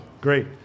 Great